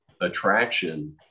attraction